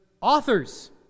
authors